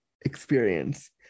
experience